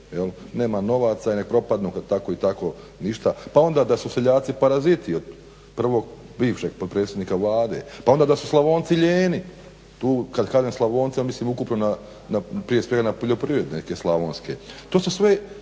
Nema novaca i nek propadnu, tako i tako ništa. Pa onda da su seljaci paraziti, od prvog bivšeg potpredsjednika Vlade, pa onda da su Slavonci lijeni. Tu kad kažem Slavonci onda mislim ukupno na, prije svega na poljoprivrednike Slavonske. To su sve